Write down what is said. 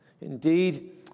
Indeed